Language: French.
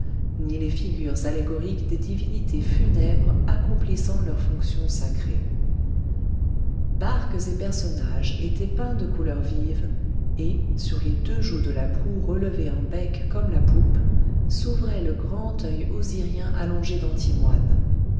ni les figures allégoriques des divinités funèbres accomplissant leurs fonctions sacrées barques et personnages étaient peints de couleurs vives et sur les deux joues de la proue relevée en bec comme la poupe s'ouvrait le grand œil osirien allongé